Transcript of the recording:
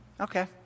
okay